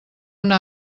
una